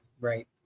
Right